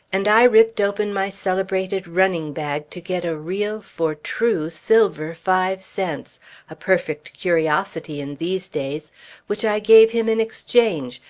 and i ripped open my celebrated running-bag to get a real for true silver five cents a perfect curiosity in these days which i gave him in exchange,